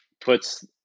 puts